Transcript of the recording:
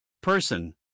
Person